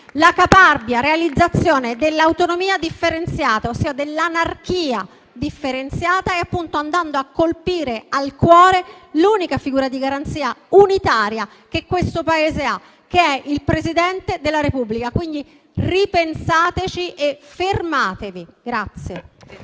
la caparbia realizzazione dell'autonomia differenziata, ossia dell'anarchia differenziata, e andando a colpire al cuore l'unica figura di garanzia unitaria che questo Paese ha, che è il Presidente della Repubblica. Ripensateci e fermatevi.